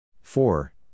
four